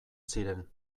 ziren